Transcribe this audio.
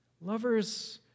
Lovers